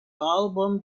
album